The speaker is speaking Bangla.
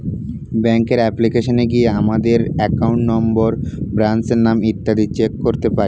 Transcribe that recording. ব্যাঙ্কের অ্যাপ্লিকেশনে গিয়ে আমাদের অ্যাকাউন্ট নম্বর, ব্রাঞ্চের নাম ইত্যাদি চেক করতে পারি